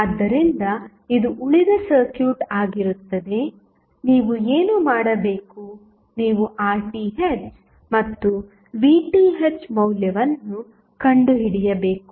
ಆದ್ದರಿಂದ ಇದು ಉಳಿದ ಸರ್ಕ್ಯೂಟ್ ಆಗಿರುತ್ತದೆ ನೀವು ಏನು ಮಾಡಬೇಕು ನೀವು Rth ಮತ್ತು Vth ಮೌಲ್ಯವನ್ನು ಕಂಡುಹಿಡಿಯಬೇಕು